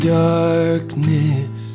darkness